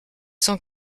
cent